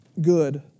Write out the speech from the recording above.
good